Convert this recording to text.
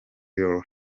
your